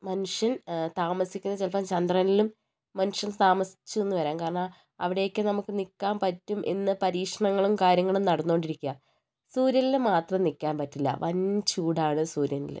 മനുഷ്യൻ താമസിക്കുന്നത് ചിലപ്പോൾ ചന്ദ്രനിലും മനുഷ്യൻ താമസിച്ചു എന്ന് വരാം കാരണം അവിടേക്ക് നമുക്ക് നിൽക്കാൻ പറ്റുമെന്ന് പരീക്ഷണങ്ങളും കാര്യങ്ങളും നടന്നുകൊണ്ടിരിക്കുകയാണ് സൂര്യനിൽ മാത്രം നിൽക്കാൻ പറ്റില്ല വൻ ചൂടാണ് സൂര്യനിൽ